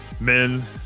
men